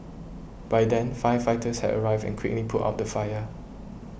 by then firefighters had arrived and quickly put out the fire